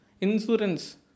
insurance